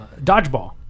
Dodgeball